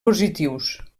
positius